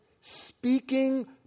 speaking